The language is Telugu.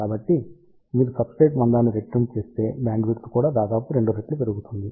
కాబట్టి మీరు సబ్స్ట్రేట్ మందాన్ని రెట్టింపు చేస్తే బ్యాండ్విడ్త్ కూడా దాదాపు 2 రెట్లు పెరుగుతుంది